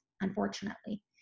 unfortunately